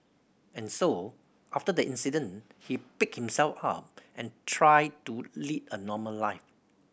and so after the incident he picked himself up and tried to lead a normal life